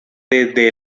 desde